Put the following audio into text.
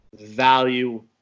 value